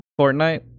Fortnite